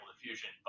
diffusion